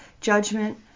judgment